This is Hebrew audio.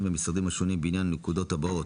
והמשרדים השונים בעניין הנקודות הבאות,